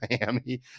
Miami